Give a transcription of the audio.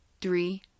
three